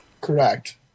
Correct